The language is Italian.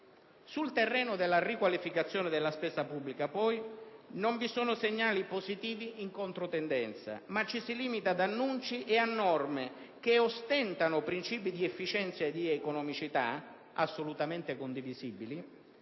Sul terreno della riqualificazione della spesa pubblica non vi sono, inoltre, segnali positivi in controtendenza, ma ci si limita ad annunci e a norme che ostentano principi di efficienza ed economicità (assolutamente condivisibili)